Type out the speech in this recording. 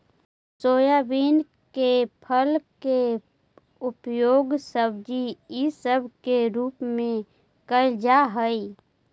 soybean के फल के उपयोग सब्जी इसब के रूप में कयल जा हई